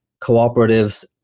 cooperatives